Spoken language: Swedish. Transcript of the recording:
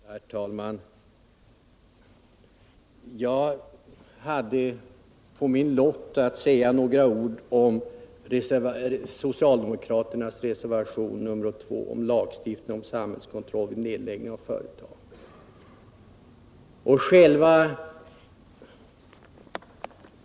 Herr talman! Jag hade på min lott att säga några ord om socialdemokraternas reservation 2 om lagstiftning om samhällskontroll vid nedläggning av företag.